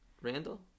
Randall